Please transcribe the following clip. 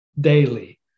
daily